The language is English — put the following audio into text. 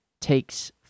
takes